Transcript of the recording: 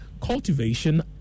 cultivation